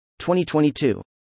2022